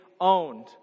owned